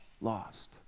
lost